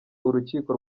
urukiko